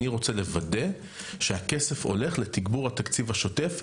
אני רוצה לוודא שהכסף הולך לתגבור התקציב השוטף,